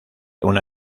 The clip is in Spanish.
una